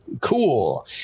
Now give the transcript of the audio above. cool